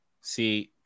See